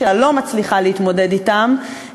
לא מצליחה להתמודד אתו.